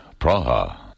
Praha